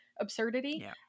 absurdity